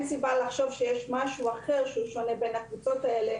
סיבה לחשוב שיש משהו אחר שהוא שונה בין הקבוצות האלה